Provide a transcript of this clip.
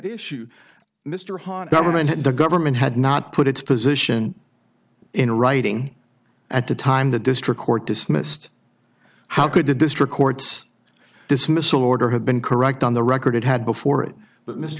houghton government and the government had not put its position in writing at the time the district court dismissed how could the district courts dismissal order had been correct on the record it had before it but mr